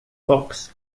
fox